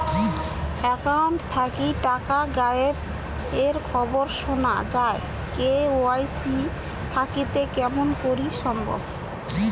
Account থাকি টাকা গায়েব এর খবর সুনা যায় কে.ওয়াই.সি থাকিতে কেমন করি সম্ভব?